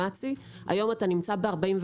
היום אתה נמצא ב-41,